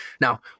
Now